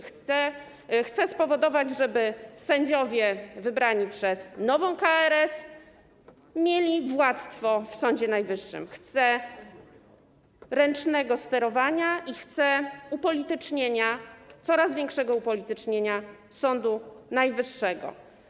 Chce spowodować, żeby sędziowie wybrani przez nową KRS mieli władztwo w Sądzie Najwyższym, chce ręcznego sterowania i chce upolitycznienia, coraz większego upolitycznienia Sądu Najwyższego.